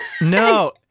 No